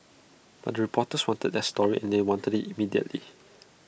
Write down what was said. but the reporters wanted their story and they wanted IT immediately